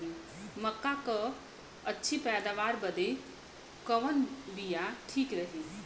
मक्का क अच्छी पैदावार बदे कवन बिया ठीक रही?